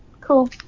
cool